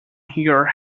here